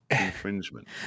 infringement